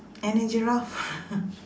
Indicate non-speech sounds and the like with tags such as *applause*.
and a giraffe *laughs*